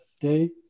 day